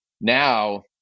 now